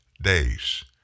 days